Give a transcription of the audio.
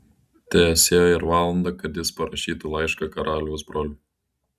teesie ir valandą kad jis parašytų laišką karaliaus broliui